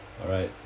alright